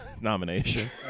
nomination